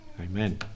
Amen